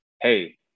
hey